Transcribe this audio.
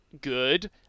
good